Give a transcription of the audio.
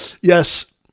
Yes